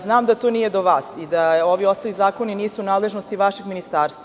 Znam da to nije do vas i da ovi ostali zakoni nisu u nadležnosti vašeg ministarstva.